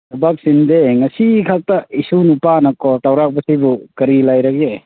ꯊꯕꯛ ꯆꯤꯟꯗꯦ ꯉꯁꯤꯈꯛꯇ ꯏꯁꯨꯅꯨꯄꯥꯅ ꯀꯣꯜ ꯇꯧꯔꯛꯄꯁꯤꯕꯨ ꯀꯔꯤ ꯂꯩꯔꯒꯦ